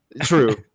true